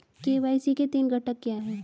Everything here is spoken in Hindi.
के.वाई.सी के तीन घटक क्या हैं?